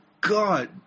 God